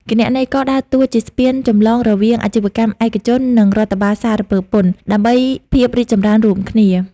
គណនេយ្យករដើរតួជាស្ពានចម្លងរវាងអាជីវកម្មឯកជន និងរដ្ឋបាលសារពើពន្ធ ដើម្បីភាពរីកចម្រើនរួមគ្នា។